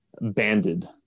banded